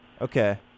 Okay